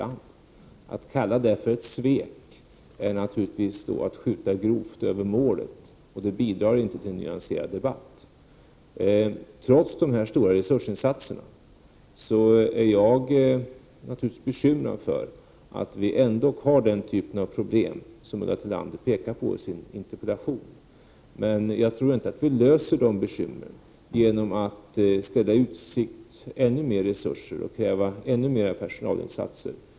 Att kalla det för ett svek är att skjuta grovt över målet och bidrar inte till en nyanserad debatt. Jag är naturligtvis bekymrad över att vi, trots de stora resursinsatserna, har den typ av problem som Ulla Tillander pekar på i sin interpellation. Men jag tror inte att vi löser problemen genom att ställa i utsikt ännu mer resurser och kräva ännu mer personalinsatser.